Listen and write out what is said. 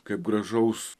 kaip gražaus